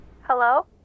Hello